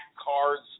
cards